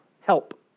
help